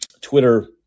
Twitter